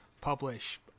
publish